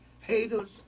haters